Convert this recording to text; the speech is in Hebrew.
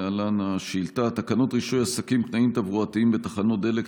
להלן השאילתה: תקנות רישוי עסקים (תנאים תברואתיים בתחנות דלק),